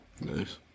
Nice